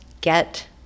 get